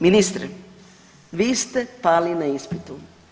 Ministre, vi ste pali na ispitu.